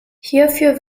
hierfür